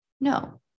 No